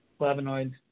Flavonoids